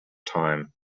time